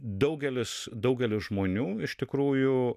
daugelis daugeliui žmonių iš tikrųjų